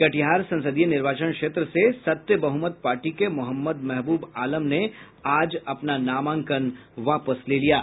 कटिहार संसदीय निर्वाचन क्षेत्र से सत्य बहुमत पार्टी के मोहम्मद महबूब आलम ने नामांकन वापस ले लिया है